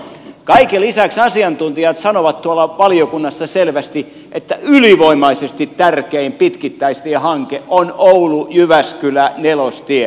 kaiken lisäksi asiantuntijat sanovat tuolla valiokunnassa selvästi että ylivoimaisesti tärkein pitkittäistiehanke on oulujyväskylä nelostie